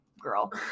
girl